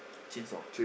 chainsaw